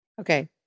Okay